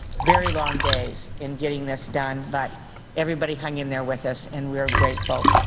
very long days in getting this done, but everybody hung in there with us and we are grateful.